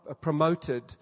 promoted